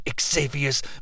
Xavier's